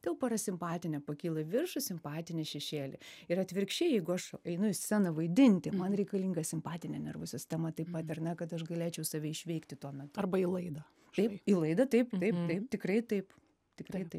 jau parasimpatinė pakyla į viršų simpatinė šešėly ir atvirkščiai jeigu aš einu į sceną vaidinti man reikalinga simpatinė nervų sistema taip va ar ne kad aš galėčiau save išveikti tuo metu arba į laidą taip į laidą taip taip taip tikrai taip tikrai